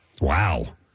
Wow